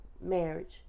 Marriage